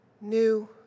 new